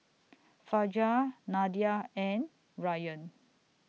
Fajar Nadia and Ryan